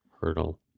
hurdle